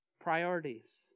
Priorities